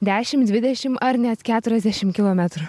dešimt dvidešim ar net keturiasdešim kilometrų